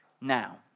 Now